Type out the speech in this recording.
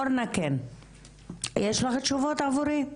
אורנה, יש לך תשובות עבורי?